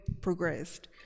progressed